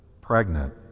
Pregnant